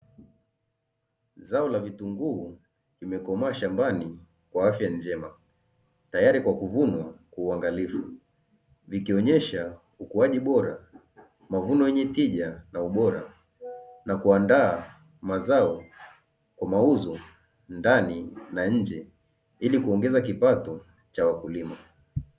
Zao la vitunguu, limekomaa shambani kwa afya njema tayari kwa kuvunwa kwa uangalifu, vikionyesha ukuaji bora, mavuno yenye tija na ubora na kuandaa mazao kwa mauzo ndani na nje, ili kuongeza kipato cha wakulima.